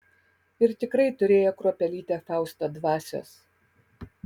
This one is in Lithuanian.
ir tikrai turėjo kruopelytę fausto dvasios